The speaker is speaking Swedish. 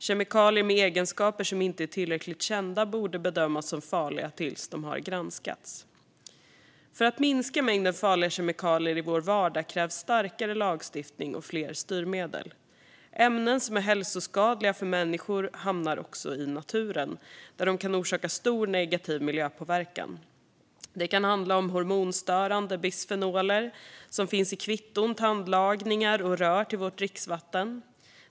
Kemikalier med egenskaper som inte är tillräckligt kända borde bedömas som farliga tills de har granskats. För att minska mängden farliga kemikalier i vår vardag krävs starkare lagstiftning och fler styrmedel. Ämnen som är hälsoskadliga för människor hamnar också i naturen, där de kan orsaka stor negativ miljöpåverkan. Det kan handla om hormonstörande bisfenoler, som finns i kvitton, tandlagningar och rör till vårt dricksvatten.